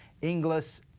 Inglis